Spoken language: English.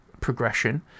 progression